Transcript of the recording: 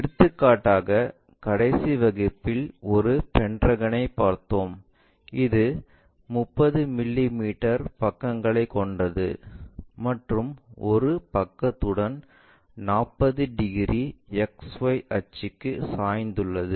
எடுத்துக்காட்டாக கடைசி வகுப்பில் ஒரு பென்டகனை பார்த்தோம் இது 30 மிமீ பக்கங்களைக் கொண்டது மற்றும் ஒரு பக்கத்துடன் 45 டிகிரி XY அச்சுக்கு சாய்ந்துள்ளது